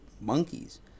monkeys